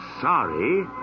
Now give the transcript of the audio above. sorry